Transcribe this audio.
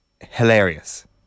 hilarious